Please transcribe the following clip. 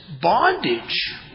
bondage